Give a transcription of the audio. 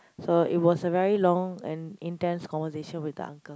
so it was a very long and intense conversation with the uncle